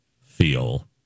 feel